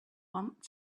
want